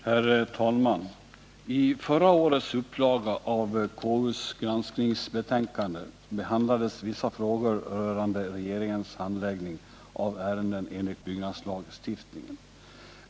Herr talman! I förra årets upplaga av konstitutionsutskottets granskningsbetänkande behandlades vissa frågor rörande regeringens handläggning av ärenden enligt byggnadslagstiftningen.